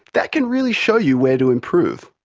that can really show you where to improve.